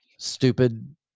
stupid